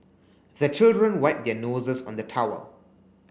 the children wipe their noses on the towel